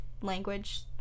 language